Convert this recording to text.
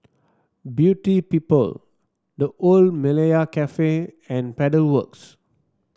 Beauty People The Old Malaya Cafe and Pedal Works